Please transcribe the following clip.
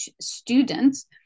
students